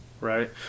right